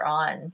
on